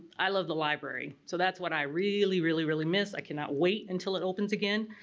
i love the library so that's what i really, really really miss. i cannot wait until it opens again.